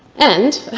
and